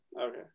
okay